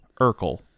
Urkel